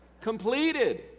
Completed